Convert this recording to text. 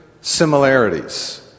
similarities